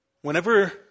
Whenever